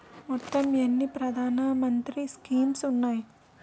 మొత్తం ఎన్ని ప్రధాన మంత్రి స్కీమ్స్ ఉన్నాయి?